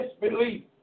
disbelief